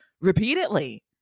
repeatedly